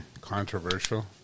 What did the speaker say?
controversial